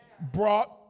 brought